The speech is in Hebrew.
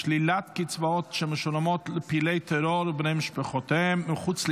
שלילת קצבאות שמשולמות לפעילי טרור ובני משפחותיהם מחוץ לישראל),